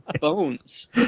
bones